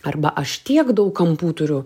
arba aš tiek daug kampų turiu